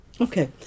Okay